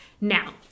now